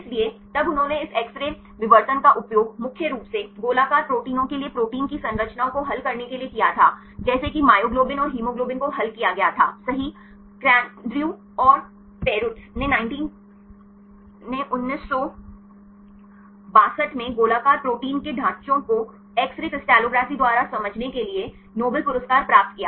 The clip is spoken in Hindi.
इसलिए तब उन्होंने इस एक्स रे विवर्तन का उपयोग मुख्य रूप से गोलाकार प्रोटीनों के लिए प्रोटीन की संरचनाओं को हल करने के लिए किया था जैसे कि मायोग्लोबिन और हीमोग्लोबिन को हल किया गया था सही केंड्रे और पेरुट्ज़ ने 1962 में गोलाकार प्रोटीन के ढांचे को एक्स रे क्रिस्टलोग्राफी दुआरा समझने के लिए नोबेल पुरस्कार प्राप्त किया